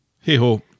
Hey-ho